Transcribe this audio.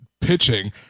pitching